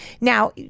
Now